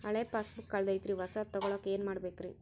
ಹಳೆ ಪಾಸ್ಬುಕ್ ಕಲ್ದೈತ್ರಿ ಹೊಸದ ತಗೊಳಕ್ ಏನ್ ಮಾಡ್ಬೇಕರಿ?